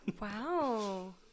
Wow